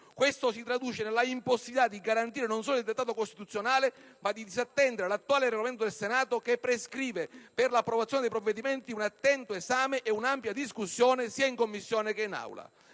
Ciò si traduce non solo nell'impossibilità di garantire il dettato costituzionale, ma anche nel disattendere l'attuale Regolamento del Senato che prescrive per l'approvazione dei provvedimenti un attento esame e un'ampia discussione, sia in Commissione sia in Aula.